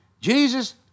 Jesus